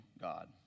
God